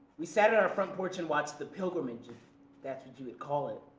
we sat at our front porch and watched the pilgrimage, if that's what you would call it.